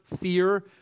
fear